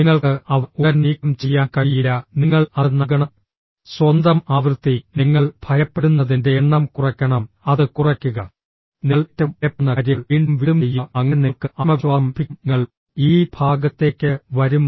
നിങ്ങൾക്ക് അവ ഉടൻ നീക്കം ചെയ്യാൻ കഴിയില്ല നിങ്ങൾ അത് നൽകണം സ്വന്തം ആവൃത്തി നിങ്ങൾ ഭയപ്പെടുന്നതിന്റെ എണ്ണം കുറയ്ക്കണം അത് കുറയ്ക്കുക നിങ്ങൾ ഏറ്റവും ഭയപ്പെടുന്ന കാര്യങ്ങൾ വീണ്ടും വീണ്ടും ചെയ്യുക അങ്ങനെ നിങ്ങൾക്ക് ആത്മവിശ്വാസം ലഭിക്കും നിങ്ങൾ ഈ ഭാഗത്തേക്ക് വരും